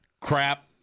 crap